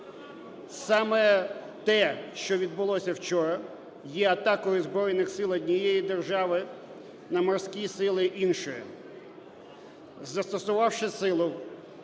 Саме те, що відбулося вчора, є атакою збройних сил однієї держави на морські сили іншої. Застосувавши силу